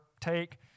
take